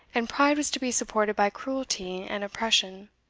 and pride was to be supported by cruelty and oppression.